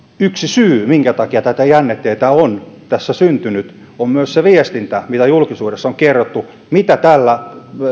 yksi syy minkä takia näitä jännitteitä on tässä syntynyt on myös se viestintä mitä julkisuudessa on kerrottu siitä mitä tällä